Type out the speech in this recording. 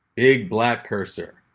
big black cursor.